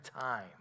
time